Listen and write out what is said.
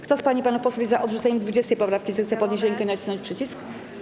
Kto z pań i panów posłów jest za odrzuceniem 20. poprawki, zechce podnieść rękę i nacisnąć przycisk.